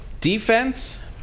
defense